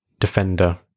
defender